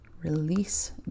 release